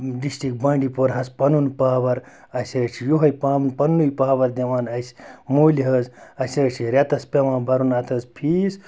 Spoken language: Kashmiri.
ڈِسٹرک بانڈی پورہَس پَنُن پاوَر اَسہِ حظ چھِ یُہٕے پامہٕ پَنٛنُے پاوَر دِوان اَسہِ مُلۍ حظ اَسہِ حظ چھِ رٮ۪تَس پٮ۪وان بَرُن اَتھ حظ فیٖس